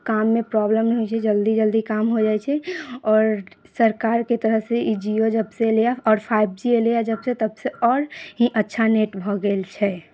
काममे प्रॉब्लम नहि होइ छै जल्दी जल्दी काम हो जाइ छै आओर सरकारके तरफसँ ई जियो जबसँ एलैए आओर फाइव जी एलैए जबसँ तबसँ आओर ही अच्छा नेट भऽ गेल छै